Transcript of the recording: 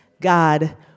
God